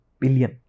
billion